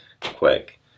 quick